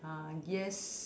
uh yes